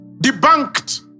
debunked